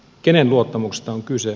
kenen luottamuksesta on kyse